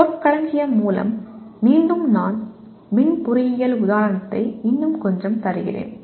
சொற்களஞ்சியம் மூலம் மீண்டும் நான் மின் பொறியியல் உதாரணத்தை இன்னும் கொஞ்சம் தருகிறேன்